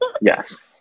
Yes